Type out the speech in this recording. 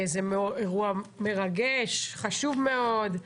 זה אירוע מרגש, חשוב מאוד.